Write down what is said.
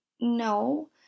No